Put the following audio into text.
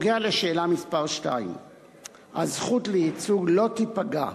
2. הזכות לייצוג לא תיפגע.